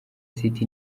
city